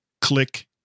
click